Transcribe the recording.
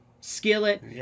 Skillet